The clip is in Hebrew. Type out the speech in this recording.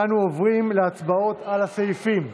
ואנו עוברים להצבעות על הסעיפים,